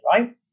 right